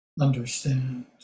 understand